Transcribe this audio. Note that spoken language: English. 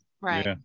Right